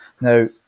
Now